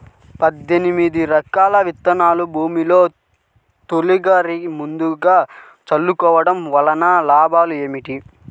పద్దెనిమిది రకాల విత్తనాలు భూమిలో తొలకరి ముందుగా చల్లుకోవటం వలన లాభాలు ఏమిటి?